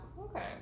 okay